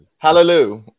Hallelujah